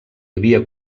havia